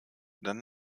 dann